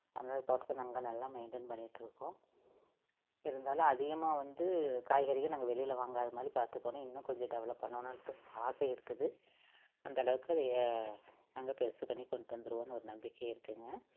அதனால தோட்டத்தை நாங்கள் நல்லா மெயின்டென் பண்ணிகிட்ருக்கோம் இருந்தாலும் அதிகமாக வந்து காய்கறிகள் நாங்கள் வெளியில வாங்காத மாதிரி பாத்துக்கணும் இன்னும் கொஞ்சம் டெவலப் பண்ணனுட்டு ஆசை இருக்குது அந்தளவுக்கு அது ஏ நாங்கள் பெருசு பண்ணி கொண்டு வந்துடுவோனு ஒரு நம்பிக்கை இருக்குதுங்க